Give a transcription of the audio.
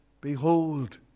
Behold